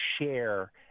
share